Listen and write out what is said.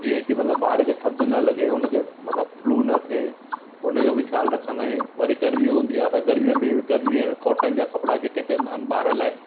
जीअं की मतिलबु ॿार खे थधि न लॻे हुन खे मतिलबु फ्लू न थिए हुन जो बि ख़्यालु रखंदा आहियूं वरी गर्मी हूंदी आहे त गर्मीअ में बि गर्मीअ में कोटन जा कपिड़ा जेके चवंदा आहिनि ॿार लाइ